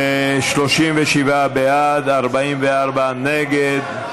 37 בעד, 44 נגד.